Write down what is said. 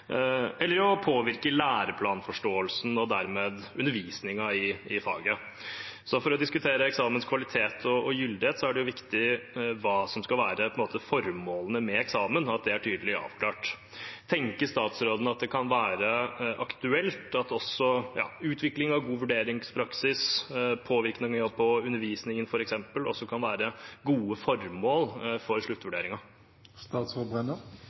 eller å påvirke læreplanforståelsen og dermed undervisningen i faget. Så for å diskutere eksamenens kvalitet og gyldighet er det viktig at det er tydelig avklart hva som skal være formålene med eksamen. Tenker statsråden at det kan være aktuelt at utvikling av god vurderingspraksis og påvirkning på undervisning også kan være gode formål